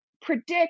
predict